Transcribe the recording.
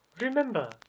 Remember